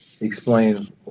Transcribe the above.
explain